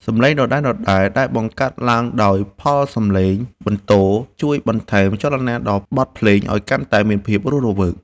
សំឡេងដដែលៗដែលបង្កើតឡើងដោយផលសំឡេងបន្ទរជួយបន្ថែមចលនាដល់បទភ្លេងឱ្យកាន់តែមានភាពរស់រវើក។